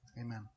Amen